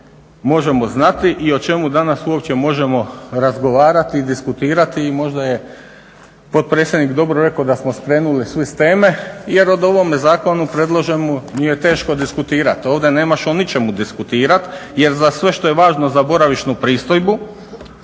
možemo znati i o čemu danas uopće možemo razgovarati, diskutirati i možda je potpredsjednik dobro rekao da smo skrenuli svi s teme jer o ovome zakonu predloženomu je teško diskutirati. Ovdje nemaš o ničemu diskutirat jer za sve što je važno za boravišnu pristojbu,